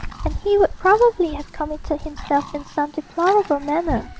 and he would probably have committed himself in some deplorable manner,